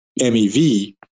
MEV